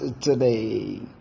today